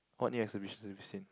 what new exhibitions have you seen